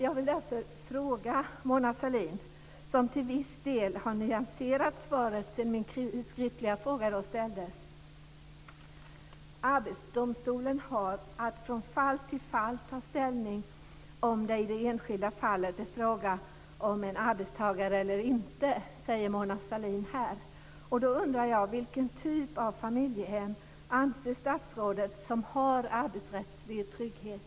Jag vill därför fråga Mona Sahlin, som till viss del har nyanserat svaret sedan min skriftliga fråga ställdes: Arbetsdomstolen har att från fall till fall ta ställning om det i det enskilda fallet är fråga om det i det enskilda fallet är fråga om en arbetstagare eller inte, säger Mona Sahlin. Då undrar jag: Vilken typ av familjehem anser statsrådet har arbetsrättslig trygghet?